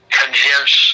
convince